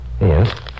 Yes